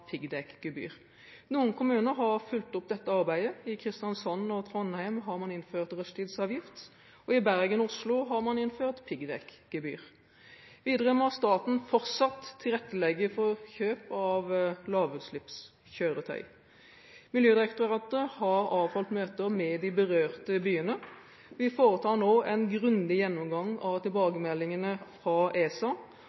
kommuner har fulgt opp dette arbeidet. I Kristiansand og Trondheim har man innført rushtidsavgift. I Bergen og Oslo har man innført piggdekkgebyr. Videre må staten fortsatt tilrettelegge for kjøp av lavutslippskjøretøy. Miljødirektoratet har avholdt møter med de berørte byene. Vi foretar nå en grundig gjennomgang av